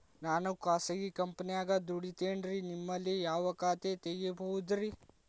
ನಾನು ಖಾಸಗಿ ಕಂಪನ್ಯಾಗ ದುಡಿತೇನ್ರಿ, ನಿಮ್ಮಲ್ಲಿ ಯಾವ ಖಾತೆ ತೆಗಿಬಹುದ್ರಿ?